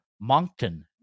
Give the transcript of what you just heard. Moncton